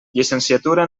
llicenciatura